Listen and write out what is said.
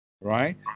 Right